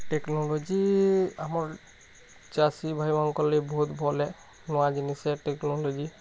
technology ଆମର୍ ଚାଷୀ ଭାଇମାନକର୍ ଲାଗି ବହୁତ୍ ଭଲେ ନୂଆ ଜିନିଷ୍ ହେ ଟେକ୍ନୋଲୋଜି